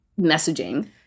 messaging